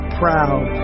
proud